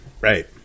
Right